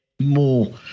more